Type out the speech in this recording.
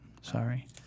Sorry